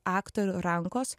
aktorių rankos